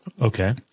Okay